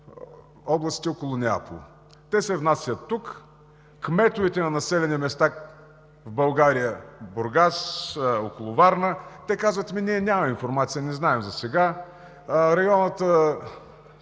областите около Неапол. Те се внасят тук. Кметовете на населени места в България – в Бургас, около Варна, казват: „Ами ние нямаме информация, не знаем засега“. Районната